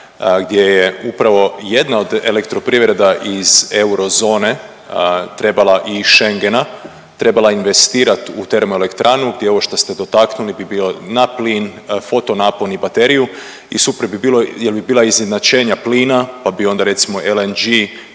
gdje je upravo jedna od elektroprivreda iz eurozone trebala, i Schengena, trebala investirat u termoelektranu gdje ovo što ste dotaknuli bi bilo na plin, fotonapon i bateriju i super bi bilo jel bi bila izjednačena plina, pa bi onda recimo LNG